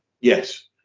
yes